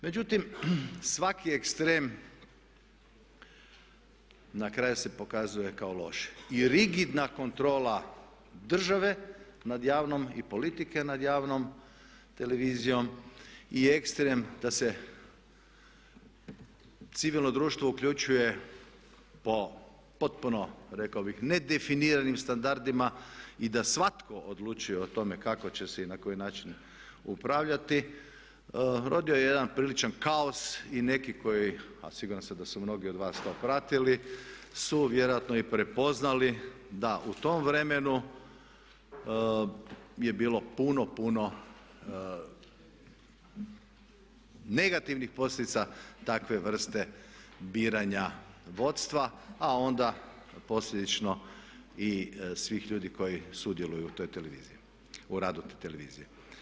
Međutim, svaki ekstrem na kraju se pokazuje kao loš i rigidna kontrola države nad javnom i politike nad javnom televizijom i ekstrem da se civilno društvo uključuje po potpuno rekao bih nedefiniranim standardima i da svatko odlučuje o tome kako će se i na koji način upravljati urodio je jedan priličan kaos i neki koji, a siguran sam da su mnogi od vas to pratili su vjerojatno i prepoznali da u tom vremenu je bilo puno, puno negativnih posljedica takve vrste biranja vodstva, a onda posljedično i svih ljudi koji sudjeluju u toj televiziji, u radu te televizije.